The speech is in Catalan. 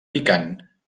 picant